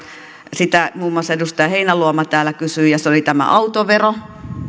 sitä muun muassa edustaja heinäluoma täällä kysyi ja se oli tämä autovero